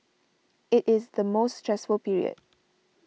it is the most stressful period